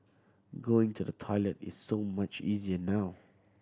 going to the toilet is so much easier now